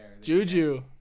juju